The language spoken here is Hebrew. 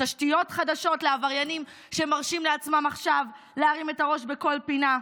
תשתיות חדשות לעבריינים שמרשים לעצמם עכשיו להרים את הראש בכל פינה?